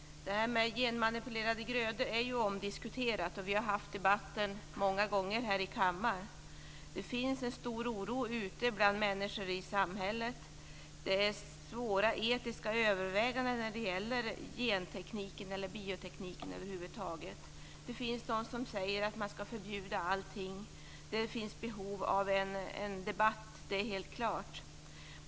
Detta med genmanipulerade grödor är omdiskuterat. Vi har debatterat det många gånger här i kammaren. Det finns en stor oro ute i samhället bland människor och det är svåra etiska överväganden när det gäller gentekniken och biotekniken över huvud taget. Det finns de som säger att allting ska förbjudas. Att det finns ett behov av debatt är helt klart.